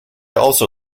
also